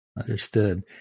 Understood